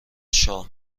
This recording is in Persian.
شاه